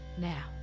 Now